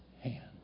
hand